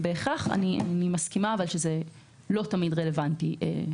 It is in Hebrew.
אני מסכימה שזה לא תמיד רלוונטי לכל מינוי.